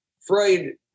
Freud